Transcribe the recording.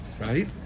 right